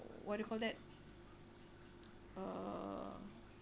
what do you call that uh